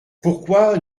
pourquoi